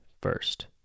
first